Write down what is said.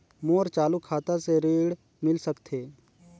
मोर चालू खाता से ऋण मिल सकथे?